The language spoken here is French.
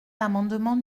l’amendement